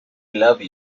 love